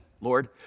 Lord